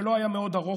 שלא היה מאוד ארוך,